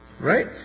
right